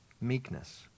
meekness